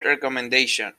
recomendation